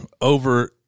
over